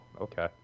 Okay